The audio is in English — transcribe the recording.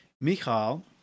Michal